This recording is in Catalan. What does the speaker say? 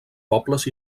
pobles